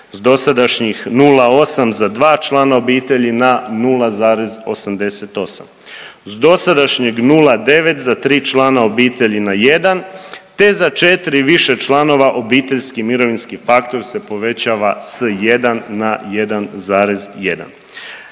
dosadašnjih 0,8 za dva člana obitelji na 0,88. S dosadašnjeg 0,9 za 3 člana obitelji na 1 te za 4 i više članova obiteljski mirovinski faktor se povećava s 1 na 1,1.